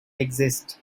exist